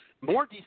More